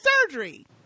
surgery